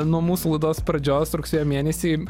nuo mūsų laidos pradžios rugsėjo mėnesį